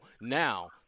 now